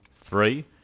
Three